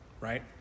right